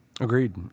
Agreed